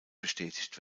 bestätigt